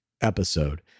episode